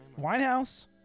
Winehouse